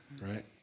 Right